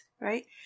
right